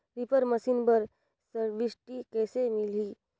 Reaper machine बर subsidy कइसे मिलही?